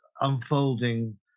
unfolding